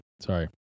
sorry